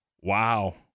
Wow